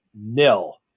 nil